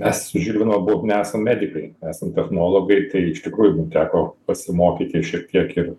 mes žinoma abu nesam medikai esam technologai tai iš tikrųjų teko pasimokyti šiek tiek ir